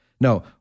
No